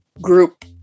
group